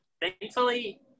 thankfully